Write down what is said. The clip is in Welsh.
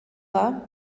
dda